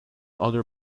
other